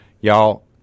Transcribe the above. Y'all